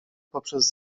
poprzez